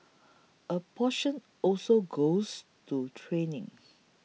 a portion also goes to training